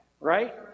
right